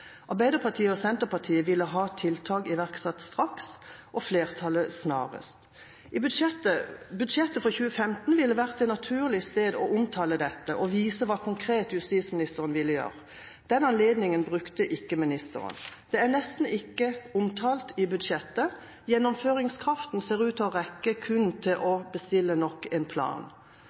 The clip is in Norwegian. Arbeiderpartiet og Senterpartiet ville ha tiltak iverksatt straks, flertallet snarest. Budsjettet for 2015 ville vært det naturlige sted å omtale dette og vise hva justisministeren konkret ville gjøre. Den anledningen benyttet ikke ministeren. Det er nesten ikke omtalt i budsjettet. Gjennomføringskraften ser ut til å rekke kun til å bestille nok en plan.